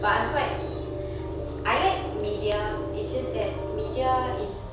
but I'm quite I like media it's just that media is